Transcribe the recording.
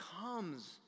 comes